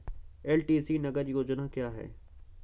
LTC नगद योजना क्या है?